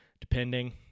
depending